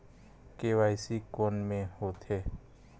KYC कोन में होथे?